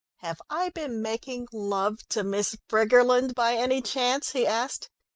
have i been making love to miss briggerland by any chance? he asked.